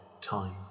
time